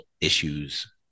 issues